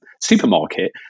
supermarket